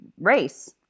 race